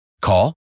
Call